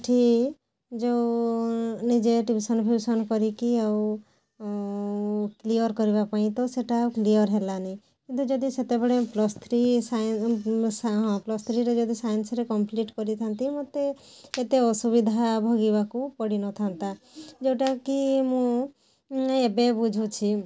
ଏଠି ଯେଉଁ ନିଜେ ଟ୍ୟୁସନ୍ ଫିଉସନ୍ କରିକି ଆଉ କ୍ଲିଅର୍ କରିବା ପାଇଁ ତ ସେଇଟା ଆଉ କ୍ଲିଅର୍ ହେଲାନି କିନ୍ତୁ ଯଦି ସେତେବେଳେ ପ୍ଲସ୍ ଥ୍ରୀ ହଁ ପ୍ଲସ୍ ଥ୍ରୀରେ ଯଦି ସାଇନ୍ସ୍ରେ କମ୍ପ୍ଲିଟ୍ କରିଥାଆନ୍ତି ମୋତେ ଏତେ ଅସୁବିଧା ଭୋଗିବାକୁ ପଡ଼ିନଥାନ୍ତା ଯେଉଁଟାକି ମୁଁ ଏବେ ବୁଝୁଛି